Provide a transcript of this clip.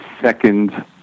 second